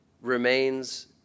remains